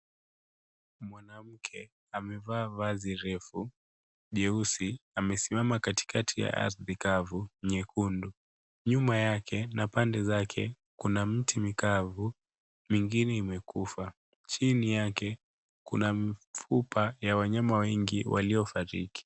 Mwanamke amevaa vazi refu jeusi, amesimama katikati ya ardhi kavu nyekundu. Nyuma yake na pade zake kuna mti mikavu, mingine imekufa. Chini yake, kuna mifupa ya wanyama wengi waliofariki.